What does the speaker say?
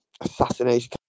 assassination